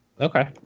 Okay